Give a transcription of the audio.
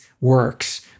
works